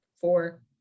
four